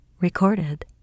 recorded